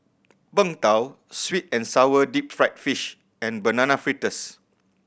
Png Tao sweet and sour deep fried fish and Banana Fritters